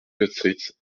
kostritz